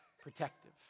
protective